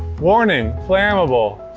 warning, flammable.